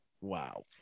Wow